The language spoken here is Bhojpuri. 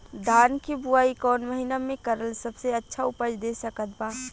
धान के बुआई कौन महीना मे करल सबसे अच्छा उपज दे सकत बा?